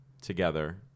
together